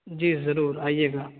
جی ضرور آئیے گا